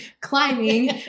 climbing